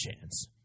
chance